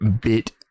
bit